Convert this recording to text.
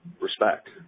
respect